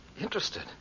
Interested